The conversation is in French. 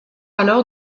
alors